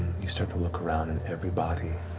you start to look around and every body